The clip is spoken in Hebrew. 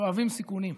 שאוהבים סיכונים.